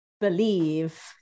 believe